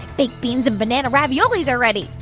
baked beans and banana raviolis are ready.